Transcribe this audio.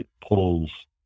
pulls